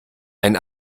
ein